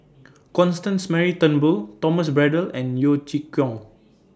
Constance Mary Turnbull Thomas Braddell and Yeo Chee Kiong